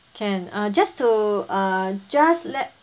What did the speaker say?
can uh just to uh just let